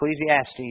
Ecclesiastes